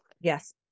Yes